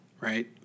right